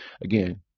again